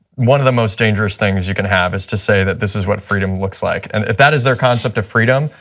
one of the most dangerous things you can have, is to say that this is what freedom looks like. and if that is your concept of freedom,